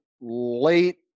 late